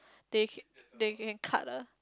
they can they can cut ah